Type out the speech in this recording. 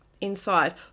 inside